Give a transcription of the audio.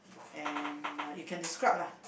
and uh you can describe lah